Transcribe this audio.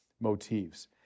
motifs